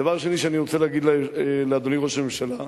הדבר השני שאני רוצה לומר לאדוני ראש הממשלה,